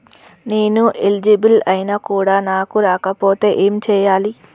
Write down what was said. నేను ఎలిజిబుల్ ఐనా కూడా నాకు రాకపోతే ఏం చేయాలి?